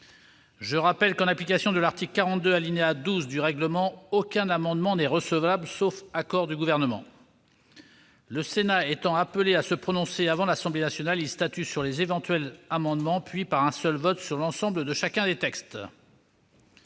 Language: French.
Je rappelle que, en application de l'article 42, alinéa 12, du règlement, aucun amendement n'est recevable, sauf accord du Gouvernement ; en outre, le Sénat étant appelé à se prononcer avant l'Assemblée nationale, il statue d'abord sur les éventuels amendements, puis, par un seul vote, sur l'ensemble du texte.